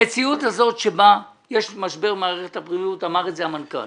המציאות הזאת שבה יש משבר במערכת הבריאות אמר את זה המנכ"ל.